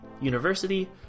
University